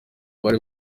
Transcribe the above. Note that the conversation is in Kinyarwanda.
bari